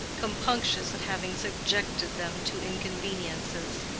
compunctious at having subjected them to inconveniences.